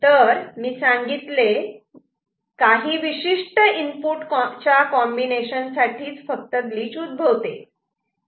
तर मी सांगितले काही विशिष्ट इनपुट च्या कॉम्बिनेशन साठी फक्त ग्लिच उद्भवते